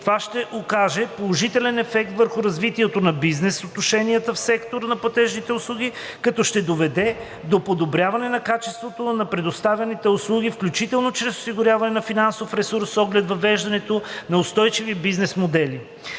Това ще окаже положителен ефект върху развитието на бизнес отношенията в сектора на платежните услуги, като ще доведе до подобряване на качеството на предоставяните услуги, включително чрез осигуряване на финансов ресурс с оглед въвеждането на устойчиви бизнес модели.